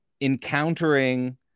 encountering